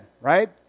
right